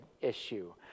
issue